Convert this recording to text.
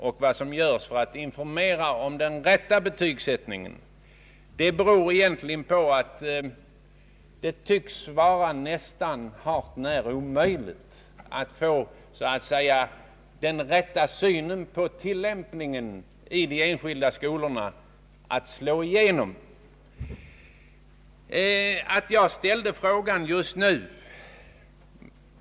Anledningen till att jag har frågat vilka anvisningar man utfärdat om en riktig betygsättning är att det tycks vara hart när omöjligt att få den rätta synen på tillämpningen av den relativa betygsättningen att slå igenom ute i de olika skolorna.